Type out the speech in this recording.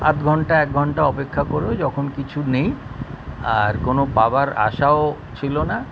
আধঘন্টা এক ঘন্টা অপেক্ষা করেও যখন কিছু নেই আর কোনো পাবার আশাও ছিলো না